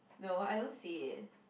no I don't see it